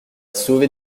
sauvé